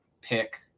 pick